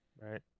right